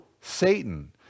Satan